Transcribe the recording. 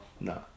No